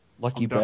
Lucky